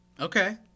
okay